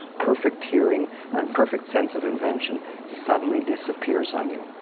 perfect hearing and perfect sense of invention suddenly disappears on you.